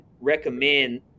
recommend